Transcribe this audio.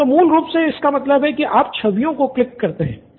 student 1 तो मूल रूप से आप छवियों को क्लिक करते हैं